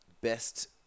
best